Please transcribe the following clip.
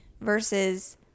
Versus